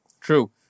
True